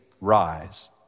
rise